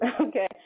Okay